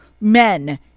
men